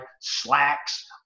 slacks